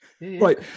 Right